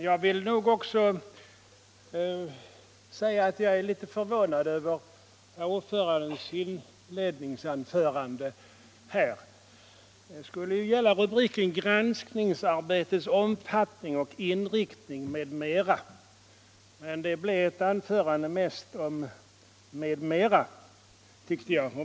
Fru talman! Jag vill också säga att jag är litet förvånad över det inledningsanförande som ordföranden i konstitutionsutskottet höll. Det skulle gälla Granskningsarbetets omfattning och inriktning, m.m. Men det blev ett anförande mest om ”m.m.”, tyckte jag.